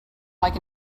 like